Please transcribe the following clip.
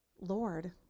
Lord